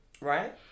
Right